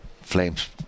Flames